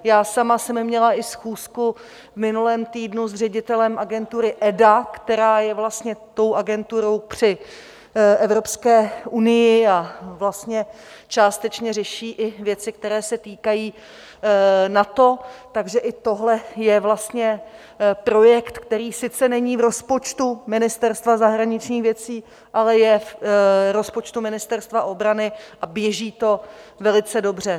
Já sama jsem měla i schůzku v minulém týdnu s ředitelem agentury EDA, která je vlastně tou agenturou při Evropské unii a částečně řeší i věci, které se týkají NATO, takže i tohle je vlastně projekt, který sice není v rozpočtu Ministerstva zahraničních věcí, ale je v rozpočtu Ministerstva obrany, a běží to velice dobře.